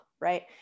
right